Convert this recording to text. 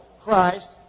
Christ